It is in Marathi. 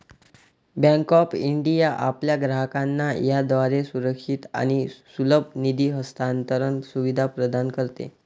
बँक ऑफ इंडिया आपल्या ग्राहकांना याद्वारे सुरक्षित आणि सुलभ निधी हस्तांतरण सुविधा प्रदान करते